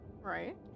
Right